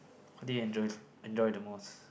what do you enjoys enjoy the most